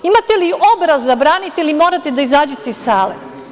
Imate li obraza da ga branite ili morate da izađete iz sale?